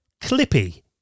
Clippy